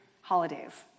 holidays